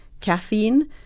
caffeine